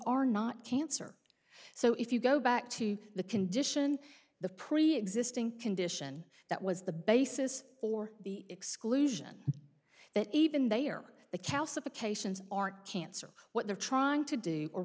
are not cancer so if you go back to the condition the preexisting condition that was the basis for the exclusion that even they are the calcifications aren't cancer what they're trying to do or